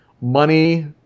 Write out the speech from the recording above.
money